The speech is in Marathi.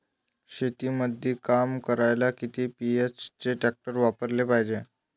शेतीमंदी काम करायले किती एच.पी चे ट्रॅक्टर वापरायले पायजे?